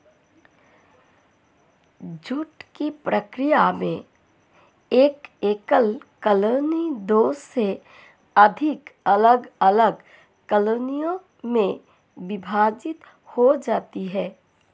झुंड की प्रक्रिया में एक एकल कॉलोनी दो से अधिक अलग अलग कॉलोनियों में विभाजित हो जाती है